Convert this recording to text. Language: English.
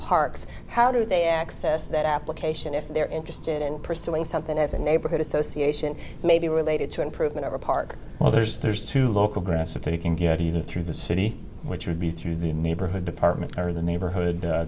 parks how do they access that application if they're interested in pursuing something as a neighborhood association maybe related to improvement over park well there's there's two local grants that they can go to either through the city which would be through the neighborhood department or the neighborhood